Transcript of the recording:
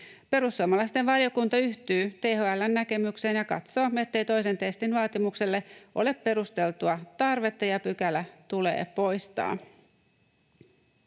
Perussuomalaisten valiokuntaryhmä yhtyy THL:n näkemykseen ja katsoo, ettei toisen testin vaatimukselle ole perusteltua tarvetta, ja pykälä tulee poistaa.